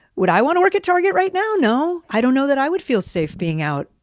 would i want to work at target right now? no? i don't know that i would feel safe being out,